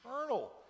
eternal